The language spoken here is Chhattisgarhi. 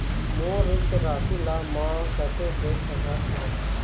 मोर ऋण के राशि ला म कैसे देख सकत हव?